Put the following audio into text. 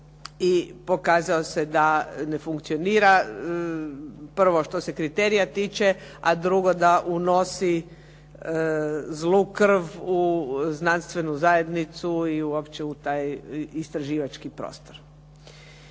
i pokazao se da ne funkcionira, prvo što se kriterija tiče a drugo da unosi zlu krv u znanstvenu zajednicu i uopće u taj istraživački prostor.